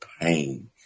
pain